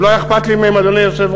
אם לא היה אכפת לי מהם, אדוני היושב-ראש,